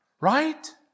right